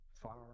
far